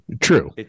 True